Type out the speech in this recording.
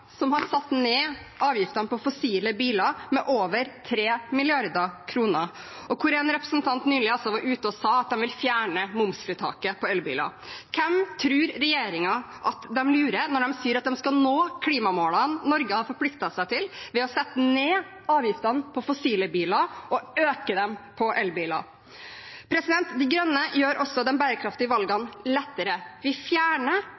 som har satt ned avgiftene på fossile biler med over 3 mrd. kr, og en representant var nylig ute og sa at de vil fjerne momsfritaket for elbiler. Hvem tror regjeringen at de lurer, når de sier at de skal nå klimamålene Norge har forpliktet seg til, ved å sette ned avgiftene på fossile biler og øke dem på elbiler? De Grønne gjør også de bærekraftige valgene lettere. Vi fjerner